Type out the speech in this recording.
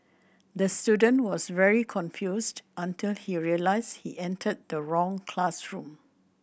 the student was very confused until he realised he entered the wrong classroom